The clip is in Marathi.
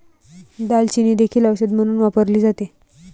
दालचिनी देखील औषध म्हणून वापरली जाते